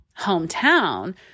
hometown